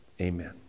Amen